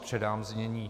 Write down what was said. Předám znění.